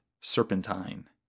serpentine